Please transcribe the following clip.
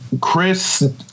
Chris